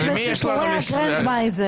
סמוטריץ' וסיפורי הגרנדמייזר.